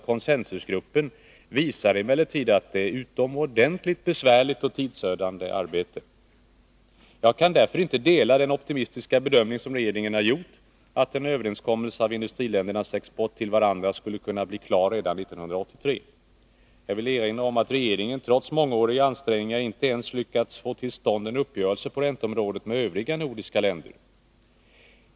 konsensusgrupp, visar emellertid att detta är ett utomordentligt besvärligt och tidsödande arbete. Jag kan därför inte dela den optimistiska bedömning som regeringen har gjort att en överenskommelse om industriländernas export till varandra skall kunna bli klar redan 1983. Jag vill erinra om att regeringen trots mångåriga ansträngningar inte ens lyckats få till stånd en uppgörelse på ränteområdet med övriga nordiska länder.